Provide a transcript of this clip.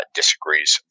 disagrees